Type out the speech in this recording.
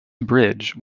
bridge